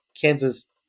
Kansas